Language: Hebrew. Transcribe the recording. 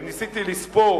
ניסיתי לספור.